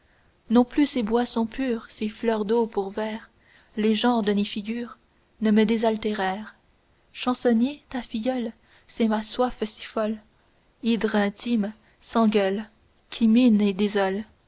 non plus ces boissons pures ces fleurs d'eau pour verres légendes ni figures ne me désaltérèrent chansonnier ta filleule c'est ma soif si folle hydre intime sans gueule qui mine et désole